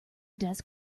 desk